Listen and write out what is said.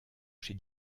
chez